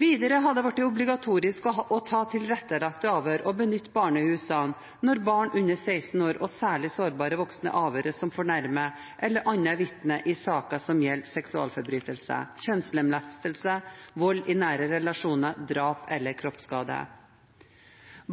Videre har det blitt obligatorisk å ta tilrettelagte avhør og benytte barnehusene når barn under 16 år og særlig sårbare voksne avhøres som fornærmet eller annet vitne i saker som gjelder seksualforbrytelser, kjønnslemlestelser, vold i nære relasjoner, drap eller kroppsskade.